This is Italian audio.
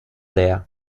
dea